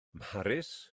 mharis